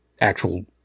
actual